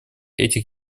этих